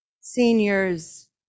seniors